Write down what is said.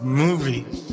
movies